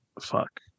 fuck